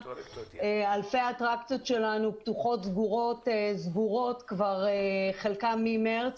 אלפי אטרקציות שלנו סגורות כבר חלקן ממרץ,